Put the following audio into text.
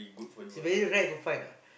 it's very rare to find lah